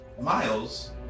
Miles